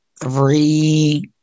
three